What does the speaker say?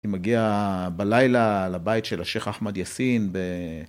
אני מגיע בלילה לבית של השייח אחמד יאסין.